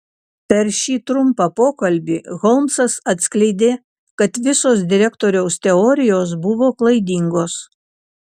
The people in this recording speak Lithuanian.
per šį trumpą pokalbį holmsas atskleidė kad visos direktoriaus teorijos buvo klaidingos